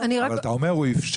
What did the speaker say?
מה זה נקרא הוא איפשר?